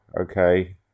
Okay